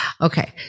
Okay